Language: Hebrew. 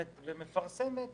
היא מפרסמת